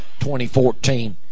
2014